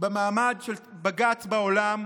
במעמד של בג"ץ בעולם,